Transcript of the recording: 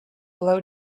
blow